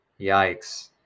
Yikes